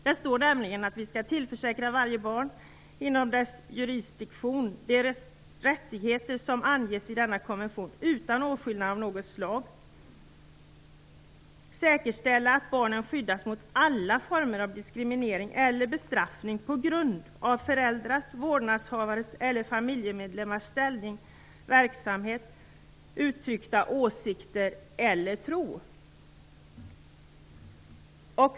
Där står det nämligen att vi skall tillförsäkra varje barn inom vår jurisdiktion de rättigheter som anges i konventionen utan åtskillnad av något slag och säkerställa att barnet skyddas mot alla former av diskriminering eller bestraffning på grund av föräldrars, vårdnadshavares eller familjemedlemmars ställning, verksamhet, uttryckta åsikter eller tro.